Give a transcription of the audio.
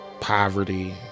poverty